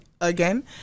again